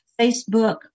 Facebook